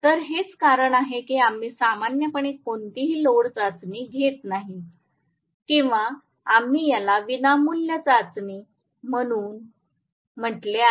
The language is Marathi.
तर हेच कारण आहे की आम्ही सामान्यपणे कोणतीही लोड चाचणी घेत नाही किंवा आम्ही याला विनामूल्य चालू चाचणी म्हणून म्हटले आहे